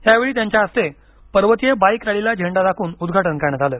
यावेळी त्यांच्या हस्ते पर्वतीय बाईक रॅलीला झेंडा दाखवून उद्घाटन केलं